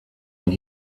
and